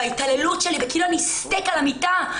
ההתעללות שלי וכאילו אני סטייק על המיטה.